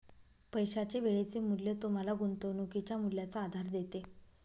पैशाचे वेळेचे मूल्य तुम्हाला गुंतवणुकीच्या मूल्याचा आधार देते